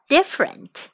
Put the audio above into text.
Different